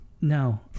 No